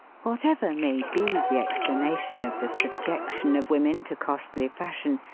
whatever may be the explanation of the sub jection of women to costly fashion,